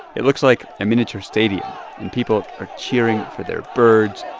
it looks like a miniature stadium. and people are cheering for their birds.